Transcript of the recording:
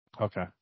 Okay